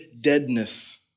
deadness